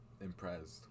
impressed